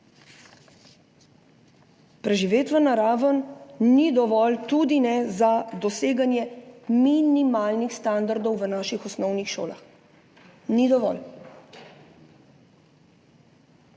Preživetvena raven tudi ni dovolj za doseganje minimalnih standardov v naših osnovnih šolah. Ni dovolj.